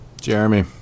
Jeremy